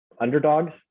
underdogs